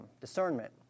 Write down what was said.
discernment